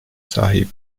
sahip